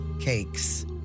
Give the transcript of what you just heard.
cakes